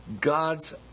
God's